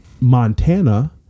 montana